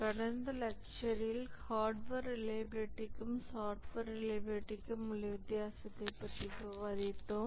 கடந்த லக்ட்ஷரில் ஹார்ட்வேர் ரிலையபிலிடிக்கும் சாப்ட்வேர் ரிலையபிலிடிக்கும் உள்ள வித்தியாசத்தைப் பற்றி விவாதித்தோம்